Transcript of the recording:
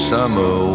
Summer